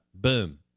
boom